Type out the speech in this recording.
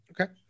Okay